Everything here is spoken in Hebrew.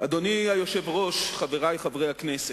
אדוני היושב-ראש, חברי חברי הכנסת,